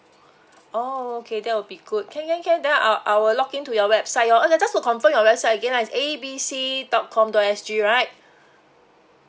oh okay that will be good can can can then I'll I will log in to your website your oh just to confirm your website again ah A B C dot com dot S G right